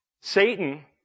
Satan